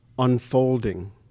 unfolding